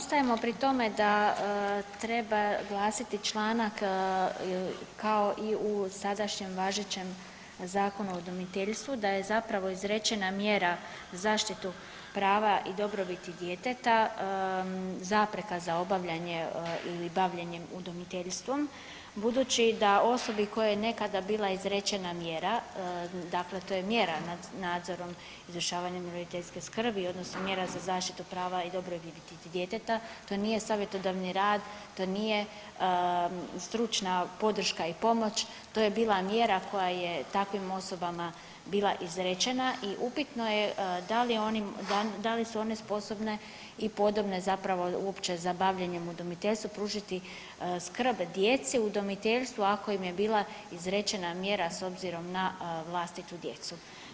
Ostajemo pri tome da treba glasiti članak kao i u sadašnjem važećem Zakonu o udomiteljstvu da je zapravo izrečena mjera za zaštitu prava i dobrobiti djeteta zapreka za obavljanje ili bavljenjem udomiteljstvom budući da osobi kojoj je nekada bila izrečena mjera, dakle to je mjera nad nadzorom izvršavanja roditeljske skrbi odnosno mjera za zaštitu prava i dobrobiti djeteta, to nije savjetodavni rad, to nije stručna podrška i pomoć, to je bila mjera koja je takvim osobama bila izrečena i upitno je da li su one sposobne i podobne zapravo uopće za bavljenjem udomiteljstvom i pružiti skrb djeci u udomiteljstvu ako im je bila izrečena mjera s obzirom na vlastitu djecu.